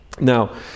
Now